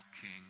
king